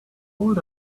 old